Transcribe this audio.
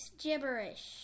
gibberish